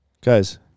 Guys